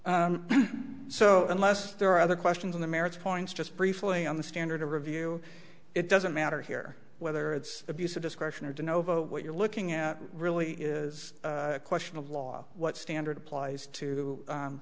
im so unless there are other questions on the merits points just briefly on the standard of review it doesn't matter here whether it's abuse of discretion or don't know what you're looking at really is a question of law what standard applies to